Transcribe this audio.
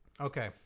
Okay